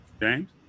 James